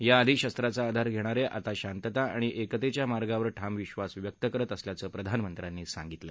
याआधी शस्त्राचा आधार घेणारे आता शांतता आणि एकतेच्या मार्गावर ठाम विश्वास व्यक्त करत असल्याचं प्रधानमंत्री म्हणाले